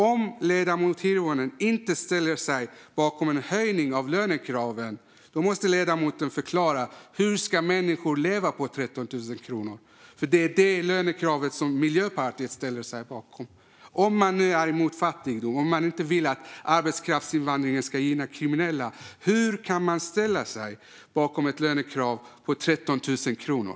Om ledamoten Hirvonen inte ställer sig bakom en höjning av lönekraven måste hon förklara hur människor ska kunna leva på 13 000 kronor, för det är detta lönekrav som Miljöpartiet står bakom. Om man nu är emot fattigdom och inte vill att arbetskraftsinvandringen ska gynna kriminella undrar jag hur man kan ställa sig bakom ett lönekrav på 13 000 kronor.